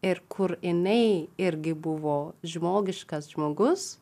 ir kur jinai irgi buvo žmogiškas žmogus